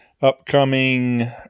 upcoming